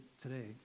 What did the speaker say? today